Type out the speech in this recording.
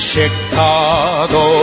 Chicago